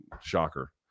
Shocker